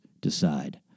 decide